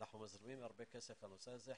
אנחנו מזרימים הרבה כסף לנושא הזה.